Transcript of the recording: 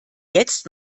jetzt